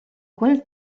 quel